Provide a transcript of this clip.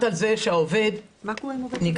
יקבלו האחד --- האירוע של אותה עבודה לא קיים פה.